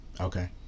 Okay